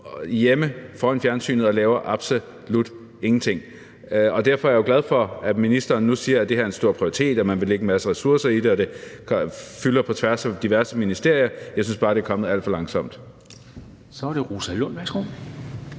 hjemme foran fjernsynet og absolut ingenting laver. Og derfor er jeg jo glad for, at ministeren nu siger, at det her er en stor prioritet, at man vil lægge en masse ressourcer i det, og at det fylder på tværs af diverse ministerier. Jeg synes bare, det har været alt for langsomt.